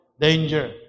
danger